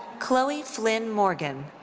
chloe flynn morgan.